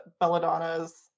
Belladonna's